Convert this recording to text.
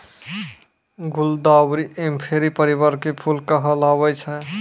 गुलदावरी इंफेरी परिवार के फूल कहलावै छै